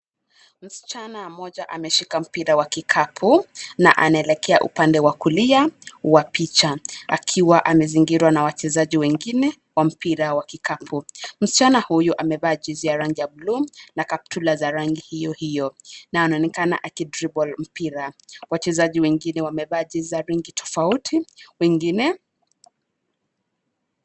Msichana mmoja ameshika mpira wa kikapu na anaekekea upande wa kulia wa picha akiwa amezingirwa na wachezaji wengine wa mpira wa kikapu. Msichana huyu amevaa jezi ya rangi ya bluu na kaptula za rangi hiyo, hiyo. Na anaonekana aki dribble mpira. Wachezaji wengine wamevaa jezi za rangi tofauti, tofauti, wengine...